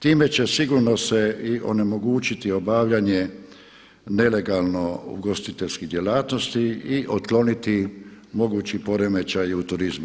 Time će sigurno se i onemogućiti obavljanje nelegalno ugostiteljskih djelatnosti i otkloniti mogući poremećaji u turizmu.